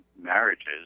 marriages